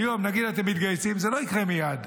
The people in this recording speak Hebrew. היום נגיד: אתם מתגייסים, זה לא יקרה מייד,